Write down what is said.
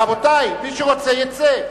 רבותי, מי שרוצה יצא.